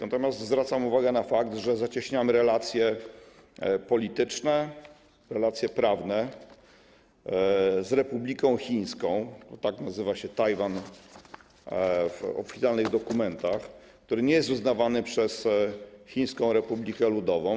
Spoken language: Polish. Natomiast zwracam uwagę na fakt, że zacieśniamy relacje polityczne, relacje prawne z Republiką Chińską, bo tak nazywa się w oficjalnych dokumentach Tajwan, który nie jest uznawany przez Chińską Republikę Ludową.